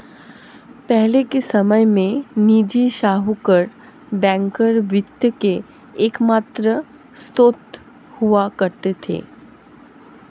पहले के समय में निजी साहूकर बैंकर वित्त के एकमात्र स्त्रोत हुआ करते थे